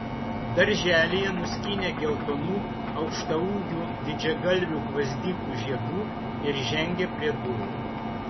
darželyje nuskynė geltonų aukštaūgių didžiagalvių gvazdikų žiedų ir žengė prie durų